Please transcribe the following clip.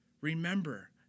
Remember